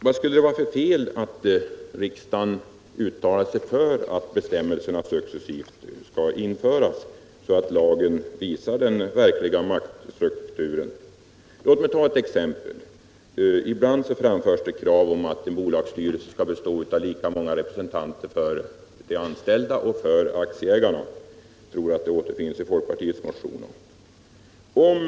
Vad skulle det vara för fel i att riksdagen uttalar sig för att bestämmelserna på detta sätt successivt skall införas, så att lagen visar den verkliga maktstrukturen? Låt mig ta ett exempel. Ibland framförs det krav på att en bolagsstyrelse skall bestå av lika många representanter för de anställda och för aktieägarna. Jag tror att detta krav finns i folkpartiets motioner också.